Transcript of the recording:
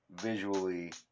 visually